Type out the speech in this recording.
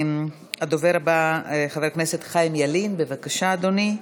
הדובר הבא, חבר הכנסת חיים ילין, בבקשה, אדוני.